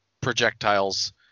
projectiles